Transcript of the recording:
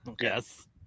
Yes